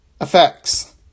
effects